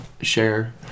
share